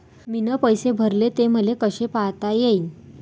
मीन पैसे भरले, ते मले कसे पायता येईन?